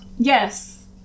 Yes